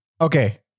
Okay